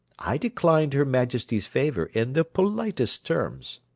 i declined her majesty's favour in the politest terms.